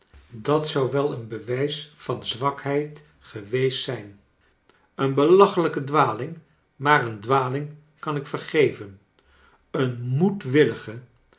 dat zou wel een be wij s van zwakheid geweest zijn een belachelijke dwaling maar een dwaling kan ik vergeven een